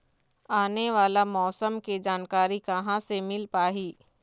आने वाला मौसम के जानकारी कहां से मिल पाही?